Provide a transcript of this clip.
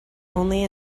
only